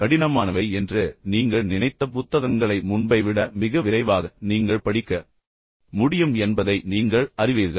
எனவே கடினமானவை என்று நீங்கள் நினைத்த புத்தகங்களை முன்பை விட மிக விரைவாக நீங்கள் படிக்க முடியும் என்பதை நீங்கள் அறிவீர்கள்